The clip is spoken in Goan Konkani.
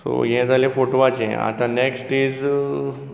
सो हें जालें फोटवाचें आतां नॅक्स्ट इझ